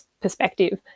perspective